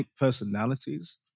personalities